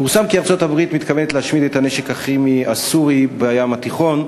פורסם כי ארצות-הברית מתכוונת להשמיד את הנשק הכימי הסורי בים התיכון,